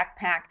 backpack